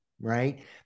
Right